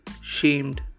shamed